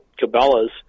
Cabela's